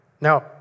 Now